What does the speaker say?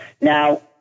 Now